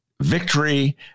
victory